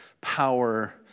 power